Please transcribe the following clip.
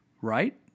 right